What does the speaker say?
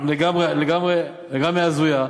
לגמרי הזויה,